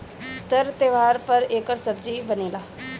तर त्योव्हार पर एकर सब्जी बनेला